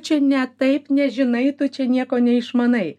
čia ne taip nežinai tu čia nieko neišmanai